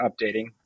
updating